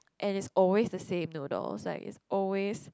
and it's always the same noodles like it's always